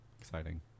exciting